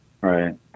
Right